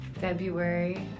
February